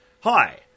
Hi